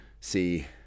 see